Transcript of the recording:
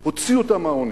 הוציאו אותם מהעוני.